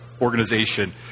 organization